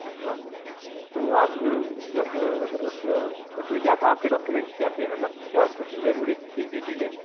अच्छा तो आप जब उस उसमें क्या था आपके डॉक्यूमेंट्स क्या थे मतलब क्या कुछ ज़रूरी क़ीमती चीज़ें